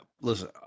Listen